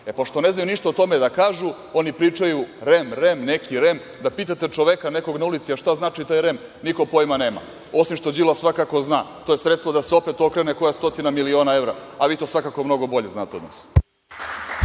Pošto ne znaju ništa o tome da kažu, oni pričaju REM, REM, neki REM, a da pitate čoveka nekog na ulici šta znači REM, niko pojma nema, osim što Đilas svakako zna. To je sredstvo da se opet okrene koja stotina miliona evra, a vi to svakako mnogo bolje znate od nas.